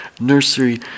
nursery